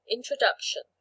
Introduction